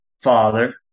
father